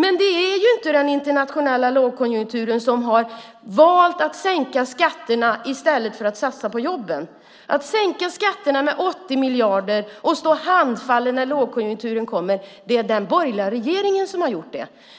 Men det är ju inte den internationella lågkonjunkturen som har valt att sänka skatterna i stället för att satsa på jobben. Att sänka skatterna med 80 miljarder och stå handfallen när lågkonjunkturen kommer är det den borgerliga regeringen som har gjort.